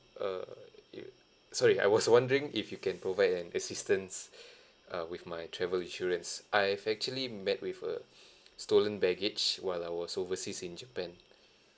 uh you sorry I was wondering if you can provide an assistance uh with my travel insurance I've actually met with a stolen baggage while I was overseas in japan